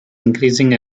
increasing